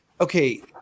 okay